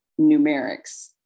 numerics